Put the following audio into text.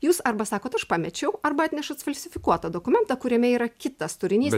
jūs arba sakot aš pamečiau arba atnešat sufalsifikuotą dokumentą kuriame yra kitas turinys